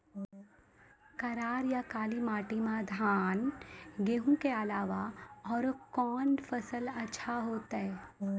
करार या काली माटी म धान, गेहूँ के अलावा औरो कोन फसल अचछा होतै?